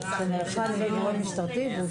הסעיף, ואנחנו